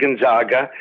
Gonzaga